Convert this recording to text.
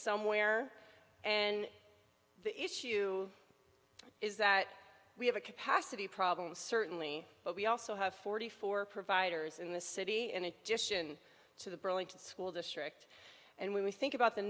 somewhere and the issue is that we have a capacity problem certainly but we also have forty four providers in the city and it just isn't to the burlington school district and when we think about the